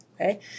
okay